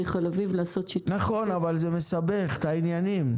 נכון, אבל זה מסבך את העניינים.